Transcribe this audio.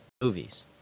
movies